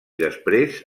després